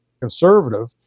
conservative